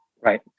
Right